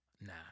Nah